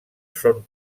són